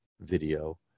video